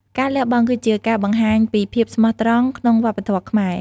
ការលះបង់គឺជាការបង្ហាញពីភាពស្មោះត្រង់ក្នុងវប្បធម៌ខ្មែរ។